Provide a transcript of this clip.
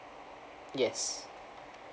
yes